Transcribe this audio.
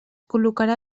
col·locarà